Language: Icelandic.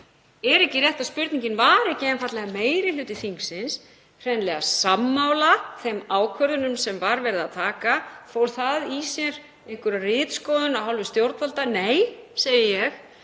er kannski: Var ekki einfaldlega meiri hluti þingsins hreinlega sammála þeim ákvörðunum sem var verið að taka? Fól það í sér einhverja ritskoðun af hálfu stjórnvalda? Nei, segi ég.